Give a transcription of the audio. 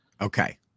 Okay